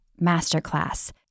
masterclass